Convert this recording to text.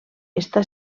està